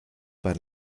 pas